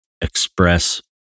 express